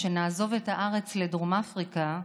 שנעזוב את הארץ לדרום אפריקה,